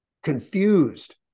confused